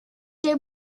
did